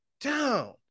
down